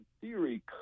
theory